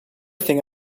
thing